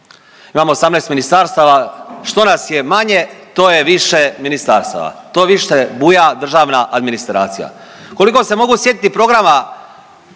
imamo 18 ministarstava što nas je manje to je više ministarstava, to više buja državna administracija. Koliko se mogu sjetiti programa